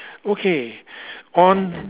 okay on